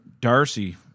Darcy